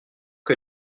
que